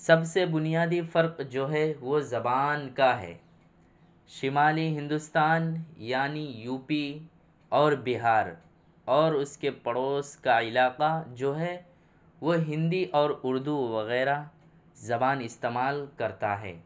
سب سے بنیادی فرق جو ہے وہ زبان کا ہے شمالی ہندوستان یعنی یو پی اور بہار اور اس کے پڑوس کا علاقہ جو ہے وہ ہندی اور اردو وغیرہ زبان استعمال کرتا ہے